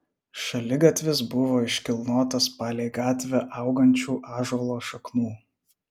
šaligatvis buvo iškilnotas palei gatvę augančių ąžuolo šaknų